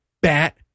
bat